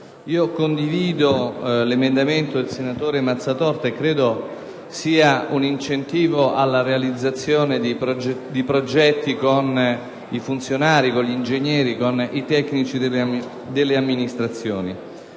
Condivido l'emendamento del senatore Mazzatorta, e ritengo che sia un incentivo alla realizzazione di progetti con i funzionari, con gli ingegneri e con i tecnici delle amministrazioni.